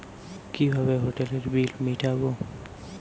কিভাবে হোটেলের বিল মিটাব?